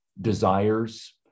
desires